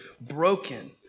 broken